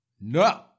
No